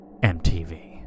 MTV